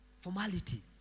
formality